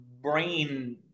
brain